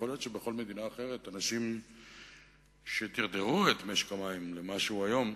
ויכול להיות שבכל מדינה אחרת אנשים שדרדרו את משק המים למה שהוא היום,